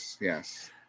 Yes